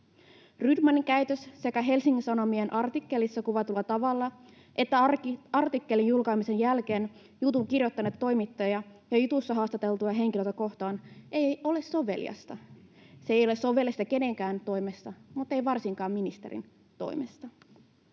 Rydmanin käytös Helsingin Sanomien artikkelissa kuvatulla tavalla sekä artikkelin julkaisemisen jälkeen jutun kirjoittanutta toimittajaa ja jutussa haastateltuja henkilöitä kohtaan ei ole soveliasta. Se ei ole soveliasta kenenkään toimesta, mutta ei varsinkaan ministerin toimesta.